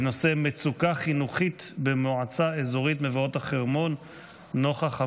הנושא: מצוקה חינוכית במועצה אזורית מבואות חרמון נוכח המלחמה.